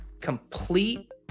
Complete